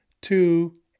two